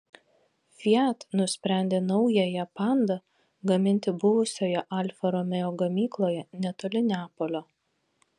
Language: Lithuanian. fiat nusprendė naująją panda gaminti buvusioje alfa romeo gamykloje netoli neapolio